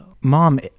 Mom